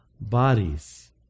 bodies